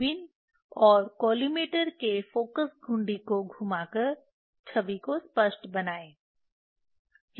दूरबीन और कॉलिमेटर के फ़ोकस घुंडी को घुमाकर छवि को स्पष्ट बनाएं